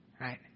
right